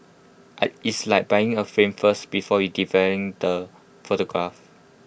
I it's like buying A frame first before you the photograph